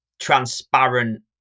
transparent